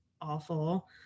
awful